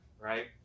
Right